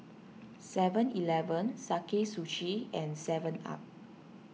Seven Eleven Sakae Sushi and Seven Up